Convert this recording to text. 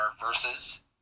versus